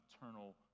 eternal